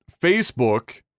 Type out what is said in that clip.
Facebook